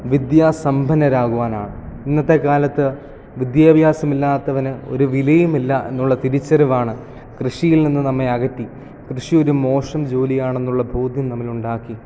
വിദ്യാ സമ്പന്നരാകുവാനാണ് ഇന്നത്തെ കാലത്ത് വിദ്യാഭ്യാസം ഇല്ലാത്തവന് ഒരു വിലയുമില്ല എന്നുള്ള തിരിച്ചറിവാണ് കൃഷിയിൽ നിന്ന് നമ്മെ അകറ്റി കൃഷി ഒരു മോശം ജോലി ആണെന്നുള്ള ബോധ്യം നമ്മളിൽ ഉണ്ടാക്കി